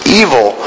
evil